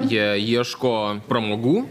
jie ieško pramogų